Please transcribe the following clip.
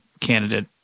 candidate